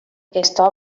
aquesta